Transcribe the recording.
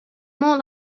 more